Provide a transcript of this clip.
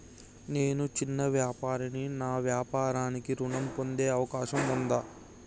నేను చిన్న వ్యాపారిని నా వ్యాపారానికి ఋణం పొందే అవకాశం ఉందా?